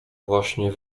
właśnie